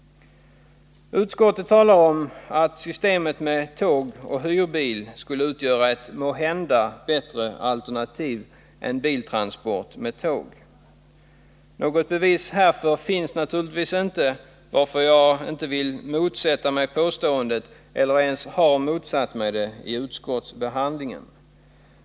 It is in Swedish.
Utskottet skriver att systemet med tåg och hyrbil skulle utgöra ett måhända bättre alternativ än biltransport med tåg. Något bevis härför finns naturligtvis inte, varför jag inte vill motsätta mig påståendet. Jag har inte heller motsatt mig det vid utskottsbehandlingen.